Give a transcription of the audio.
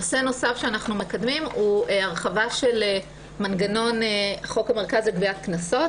נושא נוסף שאנחנו מקדמים הוא הרחבה של מנגנון חוק המרכז לגביית קנסות.